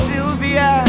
Sylvia